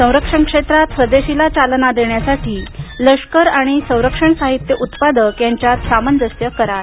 संरक्षण क्षेत्रात स्वदेशीला चालना देण्यासाठी लष्कर आणि संरक्षण साहित्य उत्पादक यांच्यात सामंजस्य करार